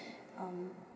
um